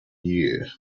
year